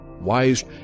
wise